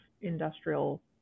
industrial